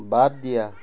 বাদ দিয়া